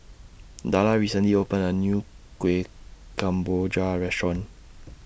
Darla recently opened A New Kueh Kemboja Restaurant